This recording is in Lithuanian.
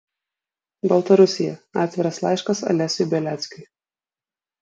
baltarusija atviras laiškas alesiui beliackiui